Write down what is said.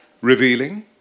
revealing